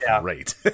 great